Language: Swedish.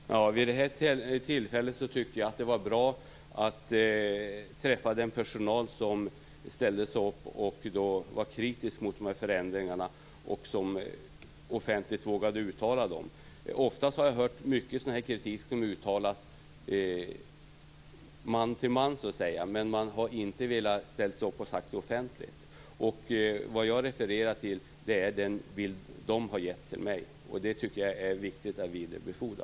Fru talman! Vid det här tillfället tyckte jag att det var bra att träffa den personal som ställde sig upp och var kritisk mot de här förändringarna och som offentligt vågade uttala denna kritik. Ofta har jag hört mycket sådan här kritik uttalas man till man så att säga. Men man har inte velat ställa sig upp och framföra den offentligt. Vad jag refererar till är den bild som de har givit till mig. Den tycker jag att det är viktigt att vidarebefordra.